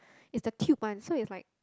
is the tube one so is like